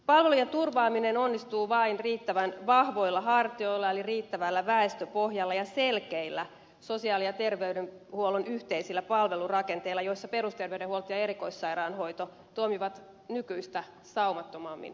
palvelujen turvaaminen onnistuu vain riittävän vahvoilla hartioilla eli riittävällä väestöpohjalla ja selkeillä sosiaali ja terveydenhuollon yhteisillä palvelurakenteilla joissa perusterveydenhuolto ja erikoissairaanhoito toimivat nykyistä saumattomammin yhdessä